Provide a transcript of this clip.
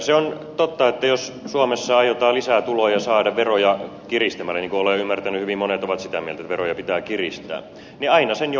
se on totta että jos suomessa aiotaan lisää tuloja saada veroja kiristämällä niin kuin olen ymmärtänyt että hyvin monet ovat sitä mieltä että veroja pitää kiristää niin aina sen joku maksaa